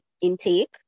intake